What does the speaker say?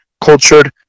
cultured